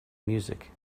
music